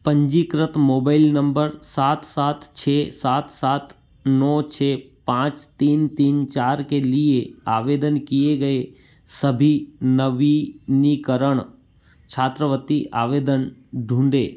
पंजीकृत mobile number सात सात छः सात सात नौ छः पाँच तीन तीन चार के लिए आवेदन किए गए सभी नवीनीकरण छात्रवृत्ति आवेदन ढूंढें